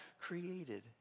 created